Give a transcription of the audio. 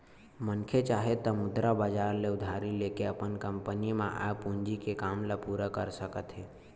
मनखे चाहे त मुद्रा बजार ले उधारी लेके अपन कंपनी म आय पूंजी के काम ल पूरा कर सकत हे